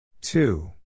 Two